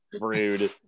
Rude